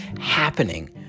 happening